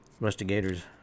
Investigators